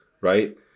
right